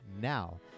Now